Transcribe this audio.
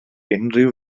unrhyw